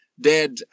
Dead